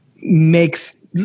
makes